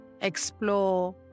Explore